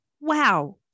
Wow